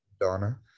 donna